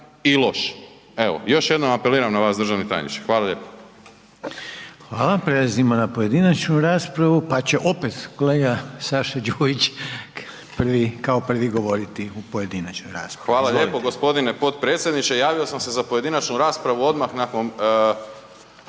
i loš. Evo još jednom apeliram na vas državni tajniče. Hvala lijepo. **Reiner, Željko (HDZ)** Hvala. Prelazimo na pojedinačnu raspravu pa će opet kolega Saša Đujić kao prvi govoriti u pojedinačnoj raspravi. **Đujić, Saša (SDP)** Hvala lijepo gospodine potpredsjedniče. Javio sam se za pojedinačnu raspravu odmah nakon